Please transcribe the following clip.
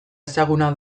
ezaguna